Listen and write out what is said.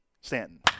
Stanton